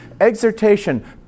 exhortation